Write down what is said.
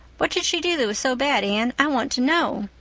what did she do that was so bad, anne, i want to know.